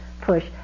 push